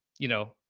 you know,